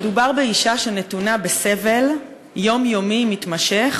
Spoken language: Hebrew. מדובר באישה שנתונה בסבל יומיומי מתמשך